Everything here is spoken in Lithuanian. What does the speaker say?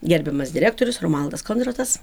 gerbiamas direktorius romualdas kondrotas